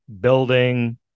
building